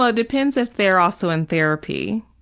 ah depends if they're also in therapy.